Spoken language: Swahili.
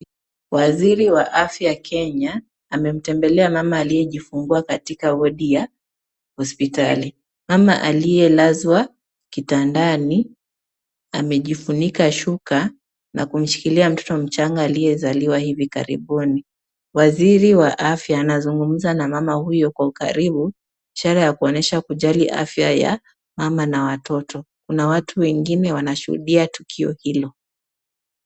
Waziri wa afya kenya amemtembelea mama aliyejifungua katika wadi ya hospitali. Mama aliyelazwa kitandani amejifunika shuka na kumshikilia mtoto mchanga aliyezaliwa hivi karibuni. Waziri wa afya anazungumza na mama huyo kwa ukaribu, ishara ya kuonyesha kujali afya ya mama ma watoto. Kuna watu wengine wanashuhudia tukio hilo.